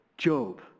Job